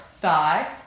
thigh